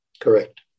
correct